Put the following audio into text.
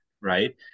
right